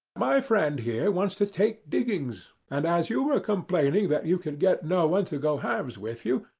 my friend here wants to take diggings, and as you were complaining that you could get no one to go halves with you,